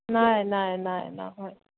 নাই নাই নাই নাই নহয়